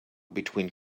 between